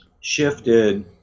shifted